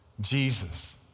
Jesus